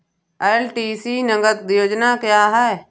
LTC नगद योजना क्या है?